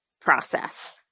process